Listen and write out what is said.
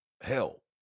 Hell